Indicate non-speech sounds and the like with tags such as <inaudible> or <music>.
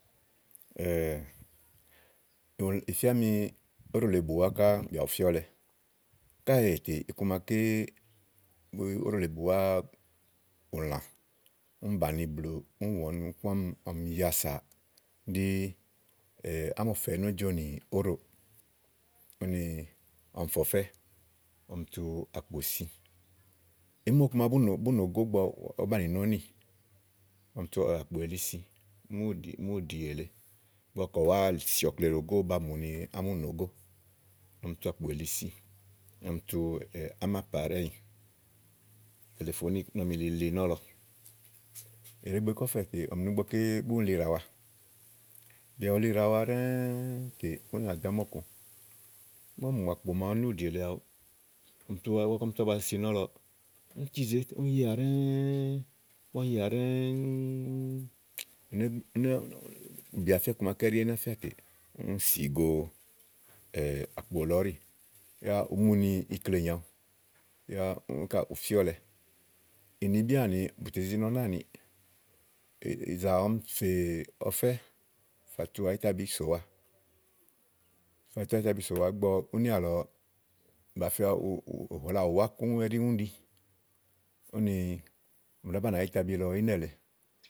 <hesitation> Ì fía ni óɖò lèe búwà ká bù fíɔlɛ. Káèe tè iku màa oɖò lèe bùwá bu, úlã a bàni úni wɔ̀ɔ nukuɔmi, ɔmi ya sà ɖi ámɔ̀fɛ nó jo nòóɖò. Úni ɔmi fè ɔfɛ̀, ɔmi tu àkpòsi, ìí mu ɔku màa bù nòo gó ìgbɔ ùú banìi nɔ̀ɔ́nì. Úni ɔmi tu àkpò yili si múùɖì èle igbɔ kayi ùwá ɖòo gò ba mù ni ámi ú nòo gò. Úni ɔmi tu àkpò si úni ɔmi tu ámàpàɖɛ́ yì si nɔ̀lɔ. Ìɖe ɖɛ́ɛ́ tè búni wa dò ámɔ̀ku ígb úni dò àkpó lɔ bìini, ígbɔ úni cizèe úni yià ɖɛ́ɛ́ ù bì afia iku màa ɛɖi tè ùni sì go àkpò lɔ ɔ̀ɖi. Yá ùú muni ikle nyóo aɖu. Yá úni ká ùfíɔlɛ. ùnibí àni bù tè zi nɔ nàániì. Ìyìzà ɔmi fè ɔfɛ́ fátu áyitabi sòwa ígbɔ únì àlɔ úhla ùwà kóŋ úni ɖi. Úni ì ɖàá banìi àyítabi lɔ ínɛ̀ lèe.